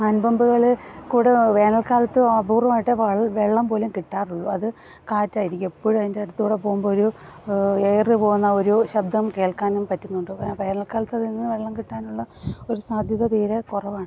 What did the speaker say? hand പമ്പുകളിൽ കൂടി വേനൽകാലത്ത് അപൂർവ്വമായിട്ടെ വെള്ളം പോലും കിട്ടാറുള്ളു അത് കാറ്റായിരിക്കും എപ്പോഴും അതിൻ്റെ അടുത്തുകൂടെ പോവുമ്പോൾ ഒരു എയറ് പോകുന്ന ഒരു ശബ്ദം കേൾക്കാനും പറ്റുന്നുണ്ട് അപ്പോൾ വേനൽകാലത്ത് അതിൽ നിന്ന് വെള്ളം കിട്ടാനുള്ള ഒരു സാധ്യത തീരെ കുറവാണ്